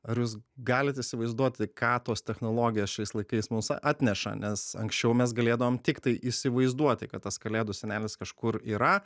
ar jūs galit įsivaizduoti ką tos technologijos šiais laikais mums atneša nes anksčiau mes galėdavom tiktai įsivaizduoti kad tas kalėdų senelis kažkur yra